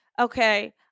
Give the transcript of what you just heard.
Okay